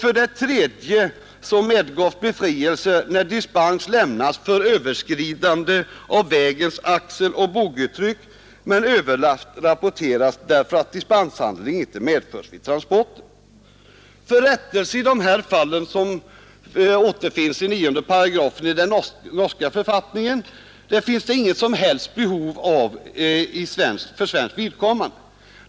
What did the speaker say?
I ett tredje fall medgavs befrielse när dispens lämnats för överskridande av vägens axeloch boggitryck men överlast rapporterats därför att dispenshandling inte medförts vid transporten. Rättelse av detta slag, som återfinns i 9 §& i den norska författningen, finns det inget som helst behov av för svenskt vidkommande.